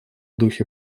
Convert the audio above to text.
духе